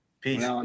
Peace